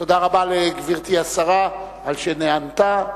תודה רבה לגברתי השרה על שנענתה,